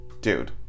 dude